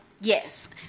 Yes